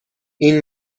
این